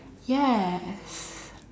yes